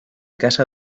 casa